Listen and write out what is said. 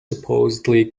supposedly